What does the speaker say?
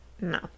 No